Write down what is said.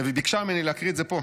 וביקשה ממני להקריא את זה פה: